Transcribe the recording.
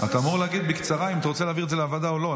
אתה אמור להגיד בקצרה אם אתה רוצה להעביר את זה לוועדה או לא.